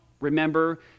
remember